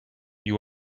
you